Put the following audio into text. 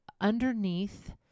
underneath